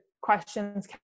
questions